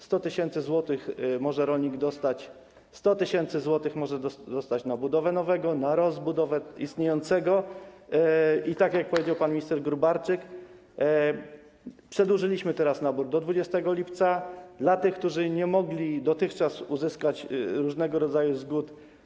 100 tys. zł może rolnik dostać, 100 tys. zł może dostać na budowę nowego, na rozbudowę istniejącego i tak jak powiedział pan minister Gróbarczyk, przedłużyliśmy teraz nabór do 20 lipca dla tych, którzy nie mogli dotychczas uzyskać różnego rodzaju zgód.